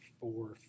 four